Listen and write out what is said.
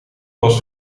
was